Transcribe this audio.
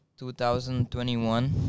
2021